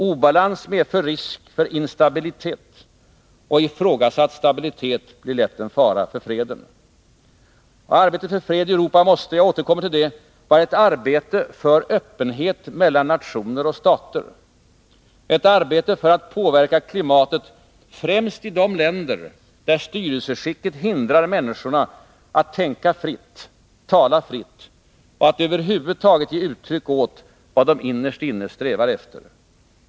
Obalans medför risk för instabilitet, och ifrågasatt stabilitet blir lätt en fara för freden. Arbetet för fred i Europa måste — jag återkommer till det — vara ett arbete för öppenhet mellan nationer och stater, ett arbete för att påverka klimatet främst i de länder där styrelseskicket hindrar människorna att tänka fritt, tala fritt och att över huvud taget ge uttryck åt vad de innerst inne strävar efter.